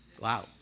Wow